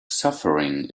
suffering